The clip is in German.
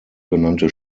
genannte